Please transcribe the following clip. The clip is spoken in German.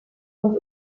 und